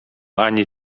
ani